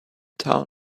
town